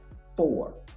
four